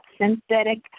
synthetic